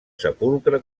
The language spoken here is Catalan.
sepulcre